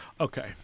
Okay